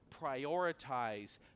prioritize